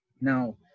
Now